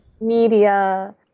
media